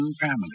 family